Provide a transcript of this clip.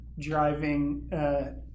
driving